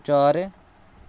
चार